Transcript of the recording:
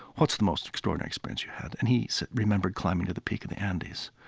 what's the most extraordinary experience you had? and he remembered climbing to the peak of the andes.